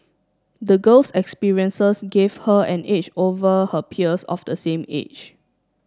the girl's experiences gave her an edge over her peers of the same age